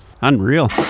Unreal